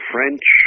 French